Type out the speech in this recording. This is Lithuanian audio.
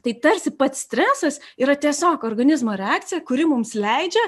tai tarsi pats stresas yra tiesiog organizmo reakcija kuri mums leidžia